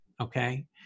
okay